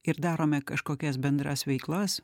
ir darome kažkokias bendras veiklas